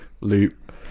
loop